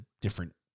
different